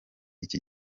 iki